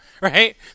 right